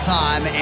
time